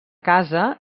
casa